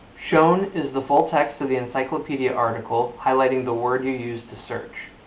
shown is the full-text of the encyclopedia article highlighting the word you used to search.